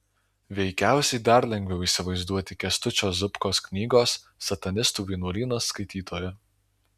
veikiausiai dar lengviau įsivaizduoti kęstučio zubkos knygos satanistų vienuolynas skaitytoją